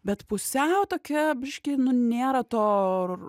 bet pusiau tokia biškį nu nėra to